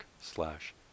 slash